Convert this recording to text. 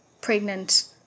pregnant